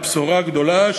בשורה גדולה,